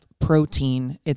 protein